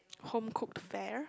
home cook fare